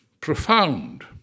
profound